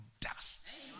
dust